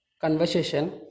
conversation